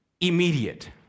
immediate